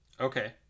Okay